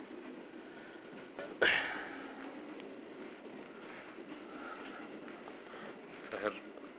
शहर